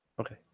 Okay